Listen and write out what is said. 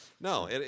No